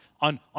on